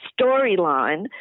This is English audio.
storyline